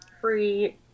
free